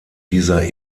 dieser